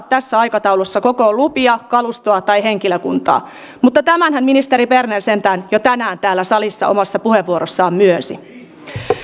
tässä aikataulussa kokoon lupia kalustoa tai henkilökuntaa mutta tämänhän ministeri berner sentään jo tänään täällä salissa omassa puheenvuorossaan myönsi